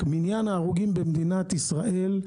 מניין ההרוגים במדינת ישראל,